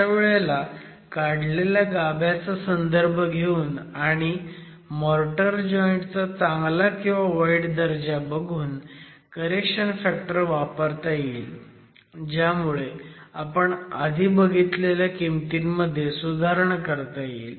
अशा वेळेला काढलेल्या गाभ्याचा संदर्भ घेऊन आणि मोर्टर जॉईंट चा चांगला किंवा वाईट दर्जा बघून करेक्शन फॅक्टर वापरता येईल ज्यामुळे आपण आधी बघितलेल्या किमतींमध्ये सुधारणा करता येईल